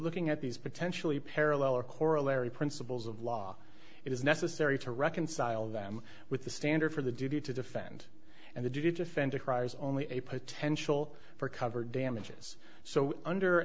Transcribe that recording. looking at these potentially parallel or corollary principles of law it is necessary to reconcile them with the standard for the duty to defend and the defender cries only a potential for cover damages so under